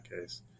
case